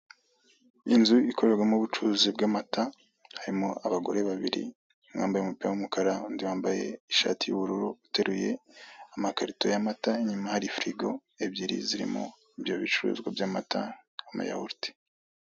Inzu ikorerwamo ubucuruzi bw'amata, harimo: abagore babiri, umwe yambaye umupira w'umukara, undi yambaye ishati y'ubururu, uteruye amakarito y'amata, inyuma hari firigo ebyiri zirimo ibyo bicuruzwa by'amata n'amayahurute.